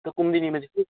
त कुमुदिनीमा चाहिँ के छ